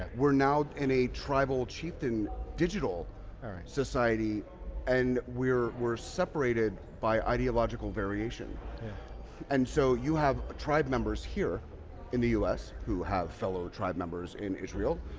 we're now in a tribal chieftain digital society and we're we're separated by ideological variation and so you have tribe members here in the us who have fellow tribe members in israel,